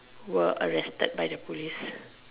were arrested by the police